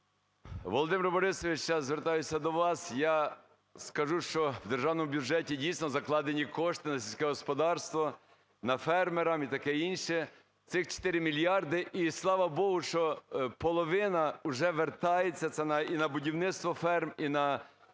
Володимир Борисович, я звертаюсь до вас, я скажу, що в Державному бюджеті дійсно закладені кошти на сільське господарство, на фермерів і таке інше, цих 4 мільярди, і слава Богу, що половина вже вертається, це і на будівництво ферм, і на